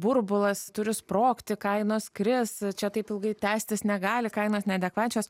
burbulas turi sprogti kainos kris čia taip ilgai tęstis negali kainos neadekvačios